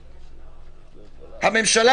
הממשלה,